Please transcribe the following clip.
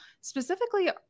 specifically